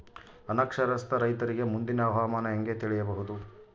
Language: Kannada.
ಅನಕ್ಷರಸ್ಥ ರೈತರಿಗೆ ಮುಂದಿನ ಹವಾಮಾನ ಹೆಂಗೆ ತಿಳಿಯಬಹುದು?